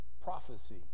prophecy